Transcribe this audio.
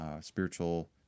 spiritual